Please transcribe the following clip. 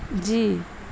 جی